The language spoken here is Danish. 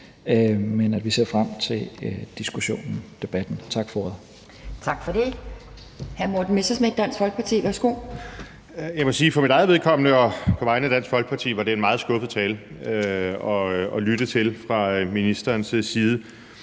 at vi ser frem til diskussionen og debatten. Tak for ordet.